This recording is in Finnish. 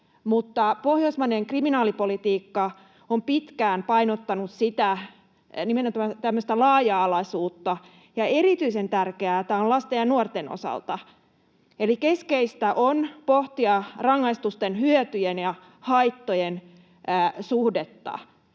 pohjoismainen kriminaalipolitiikka on pitkään painottanut nimenomaan tämmöistä laaja-alaisuutta, ja erityisen tärkeää tämä on lasten ja nuorten osalta. Eli keskeistä on pohtia rangaistusten hyötyjen ja haittojen suhdetta